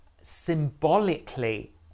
symbolically